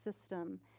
system